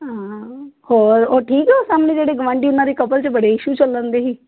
ਹਾਂ ਹੋਰ ਓਹ ਠੀਕ ਹੈ ਓਹ ਸਾਹਮਣੇ ਜਿਹੜੇ ਗਵਾਂਢੀ ਉਹਨਾਂ ਦੇ ਕਪਲ 'ਚ ਬੜੇ ਇਸ਼ੂ ਚੱਲਣ ਦੇ ਹੀ